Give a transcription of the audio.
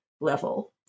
level